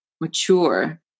mature